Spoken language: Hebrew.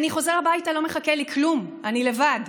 אני חוזר הביתה, לא מחכה לי כלום, אני לבד.